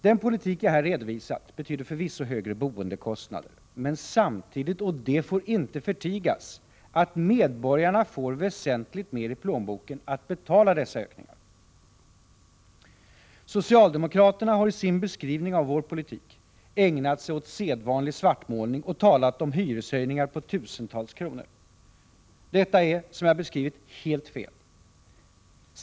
Den politik jag här redovisat betyder förvisso högre boendekostnader men samtidigt — och det får inte förtigas — att medborgarna får väsentligt mer i plånboken att betala dessa ökningar med. Socialdemokraterna har i sin beskrivning av vår politik ägnat sig åt sedvanlig svartmålning och talat om hyreshöjningar på tusentals kronor. Detta är, som jag beskrivit, helt fel.